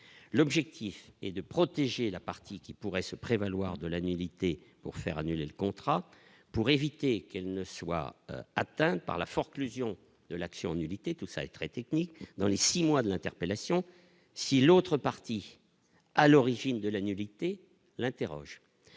l'objectif est de protéger la partie qui pourrait se prévaloir de la nullité pour faire annuler le contrat pour éviter qu'elle ne soit atteinte par la forclusion de l'action en nullité, tout ça est très technique, dans les 6 mois d'interpellation si l'autre partie à l'origine de la nullité l'interroge,